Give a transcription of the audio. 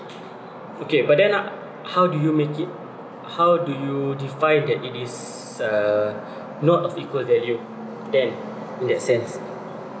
okay but then uh how do you make it how do you define that it is uh not of equal value then in that sense